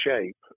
shape